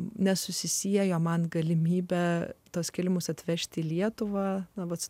nesusisiejo man galimybę tuos kilimus atvežti į lietuvą nuolat su